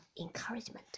encouragement